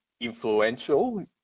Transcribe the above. influential